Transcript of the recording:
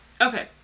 Okay